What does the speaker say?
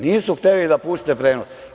Nisu hteli da puste prenos.